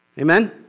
amen